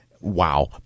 Wow